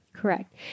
Correct